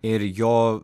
ir jo